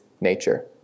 nature